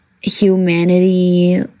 humanity